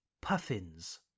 puffins